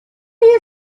chi